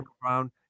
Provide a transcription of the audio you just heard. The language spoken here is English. Brown